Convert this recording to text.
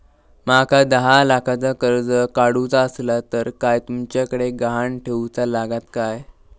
माका दहा लाखाचा कर्ज काढूचा असला तर काय तुमच्याकडे ग्हाण ठेवूचा लागात काय?